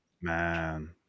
man